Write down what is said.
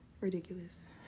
ridiculous